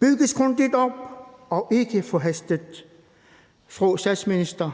bygges grundigt op og ikke forhastet. Fru statsminister,